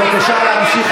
איך הוא ימשיך?